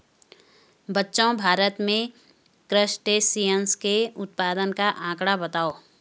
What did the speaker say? बच्चों भारत में क्रस्टेशियंस के उत्पादन का आंकड़ा बताओ?